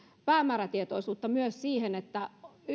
päämäärätietoisuutta siinä että